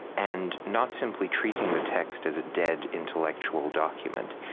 and not simply treating the text as a dead, intellectual document.